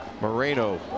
Moreno